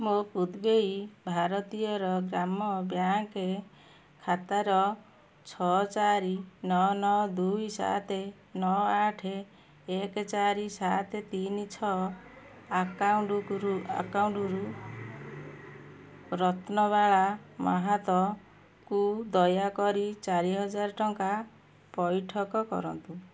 ମୋ ପୁଦୁବୈ ଭାରତୀୟାର ଗ୍ରାମ ବ୍ୟାଙ୍କ୍ ଖାତାର ଛଅ ଚାରି ନଅ ନଅ ଦୁଇ ସାତ ନଅ ଆଠ ଏକେ ଚାରି ସାତ ତିନି ଛଅ ଆକାଉଣ୍ଟରୁ ରତ୍ନବାଳା ମହାତଙ୍କୁ ଦୟାକରି ଚାରି ହଜାରେ ଟଙ୍କା ପଇଠ କର